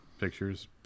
pictures